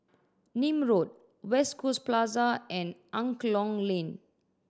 Nim Road West Coast Plaza and Angklong Lane